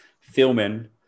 filming